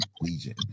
Legion